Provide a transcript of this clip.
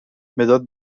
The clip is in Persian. مداد